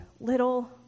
little